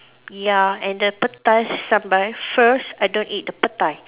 ya and the petai sambal first I don't eat the petai